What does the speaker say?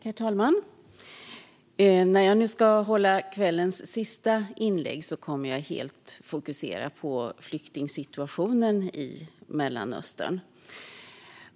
Herr talman! När jag nu ska hålla kvällens sista anförande kommer jag helt att fokusera på flyktingsituationen i Mellanöstern.